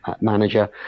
manager